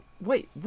Wait